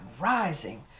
rising